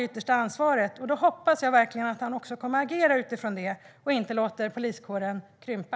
Jag hoppas verkligen att han också kommer att agera utifrån det och inte låter poliskåren krympa.